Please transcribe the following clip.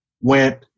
went